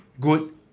good